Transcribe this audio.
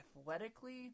athletically